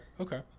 Okay